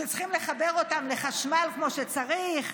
שצריך לחבר אותם לחשמל כמו שצריך,